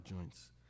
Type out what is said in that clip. joints